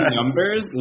numbers